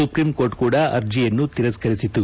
supreme court ಕೂಡ ಅರ್ಜಿಯನ್ನು ತಿರಸ್ತರಿಸಿತು